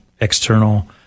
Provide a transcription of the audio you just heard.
external